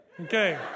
Okay